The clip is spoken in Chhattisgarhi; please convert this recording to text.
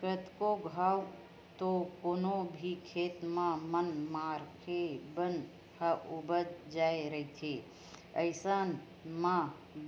कतको घांव तो कोनो भी खेत म मनमाड़े बन ह उपज जाय रहिथे अइसन म